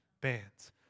bands